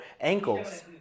ankles